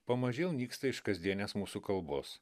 pamažėl nyksta iš kasdienės mūsų kalbos